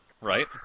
right